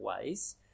ways